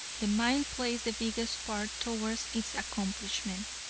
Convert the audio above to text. the mind plays the biggest part towards its accomplishment.